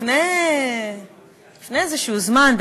לפני איזשהו זמן,